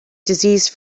disease